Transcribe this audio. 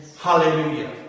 Hallelujah